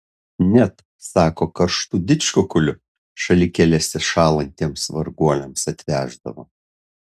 net sako karštų didžkukulių šalikelėse šąlantiems varguoliams atveždavo